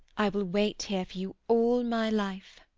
i will wait here for you all my life.